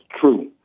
true